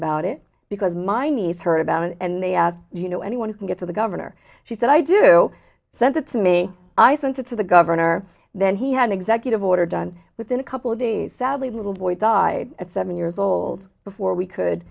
about it because my niece heard about it and they you know anyone can get to the governor she said i do sent it to me i sent it to the governor then he had an executive order done within a couple of days sadly little boy died at seven years old before we could